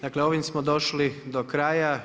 Dakle ovim smo došli do kraja.